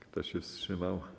Kto się wstrzymał?